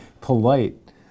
polite